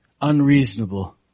unreasonable